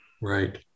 Right